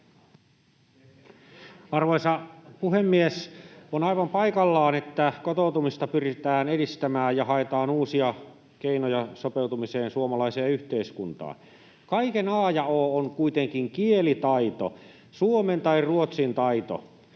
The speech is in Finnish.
Arvoisa puhemies! On aivan paikallaan, että kotoutumista pyritään edistämään ja haetaan uusia keinoja sopeutumiseen suomalaiseen yhteiskuntaan. Kaiken a ja o on kuitenkin kielitaito, suomen tai ruotsin taito.